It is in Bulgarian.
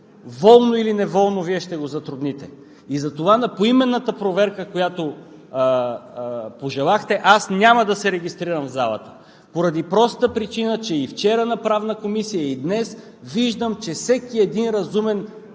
волно или неволно, Вие ще го затрудните и затова за поименната проверка, която пожелахте, аз няма да се регистрирам в залата поради простата причина, че и вчера на Правна комисия, и днес виждам, че всеки един разумен